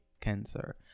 Cancer